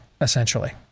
essentially